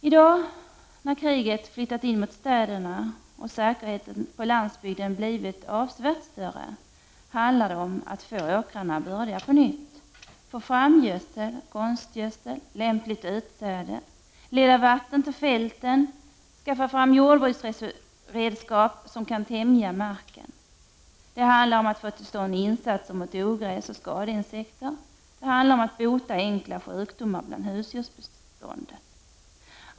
I dag när kriget flyttas in mot städerna och säkerheten på landsbygden blivit avsevärt större, handlar det om att få åkrarna bördiga på nytt. Det handlar om att få fram gödsel, konstgödsel, lämpligt utsäde, att leda vatten till fälten, att skaffa fram jordbruksredskap som kan tämja marken. Det handlar om att få till stånd insatser mot ogräs och skadeinsekter, om att bota enkla sjukdomar bland husdjursbeståndet.